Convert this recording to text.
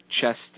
chest